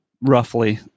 roughly